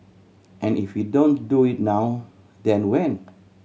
and if we don't do it now then when